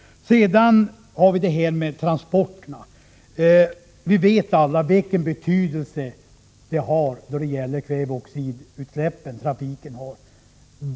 Sedan har vi frågan om transporterna. Vi vet alla vilken betydelse trafiken har då det gäller kväveoxidutsläppen.